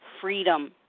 freedom